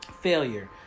failure